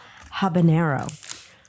habanero